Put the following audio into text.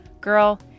Girl